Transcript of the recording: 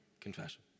confession